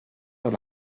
dans